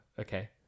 okay